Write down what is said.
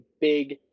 big